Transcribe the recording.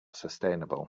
sustainable